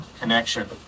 connection